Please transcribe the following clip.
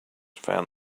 found